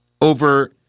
Over